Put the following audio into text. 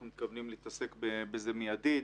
אנחנו מתכוונים להתעסק בזה מידית.